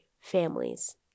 families